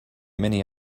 many